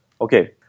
Okay